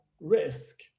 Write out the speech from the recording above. risk